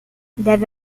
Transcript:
deve